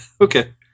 Okay